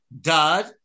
Dad